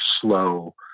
slow